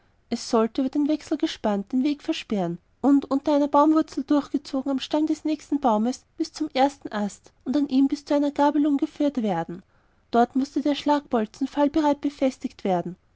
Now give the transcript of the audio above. es sollte über den wechsel gespannt den weg versperren und unter einer baumwurzel durchgezogen am stamm des nächsten baumes bis zum ersten ast und an ihm bis zu einer gabelung geführt werden dort mußte der schlagbolzen fallbereit befestigt werden